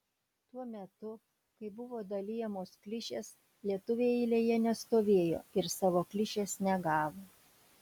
tuo metu kai buvo dalijamos klišės lietuviai eilėje nestovėjo ir savo klišės negavo